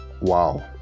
Wow